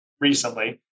recently